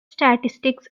statistics